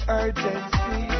urgency